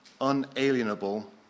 unalienable